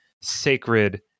sacred